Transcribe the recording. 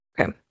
okay